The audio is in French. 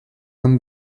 homme